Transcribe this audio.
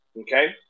Okay